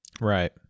Right